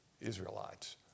Israelites